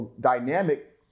dynamic